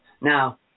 Now